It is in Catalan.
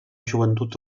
joventut